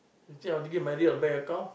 you think I'll give my real bank account